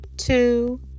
two